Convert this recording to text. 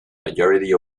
majority